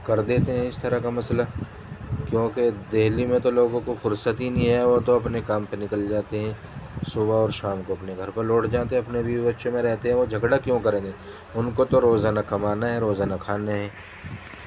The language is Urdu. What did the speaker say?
کر دیتے ہیں اس طرح کا مسئلہ کیونکہ دہلی میں تو لوگوں کو فرصت ہی نہیں ہے وہ تو اپنے کام پہ نکل جاتے ہیں صبح اور شام کو اپنے گھر پہ لوٹ جاتے ہیں اپنے بیوی بچوں میں رہتے ہیں وہ جھگڑا کیوں کریں گے ان کو تو روزانہ کمانا ہے روزانہ کھانے ہیں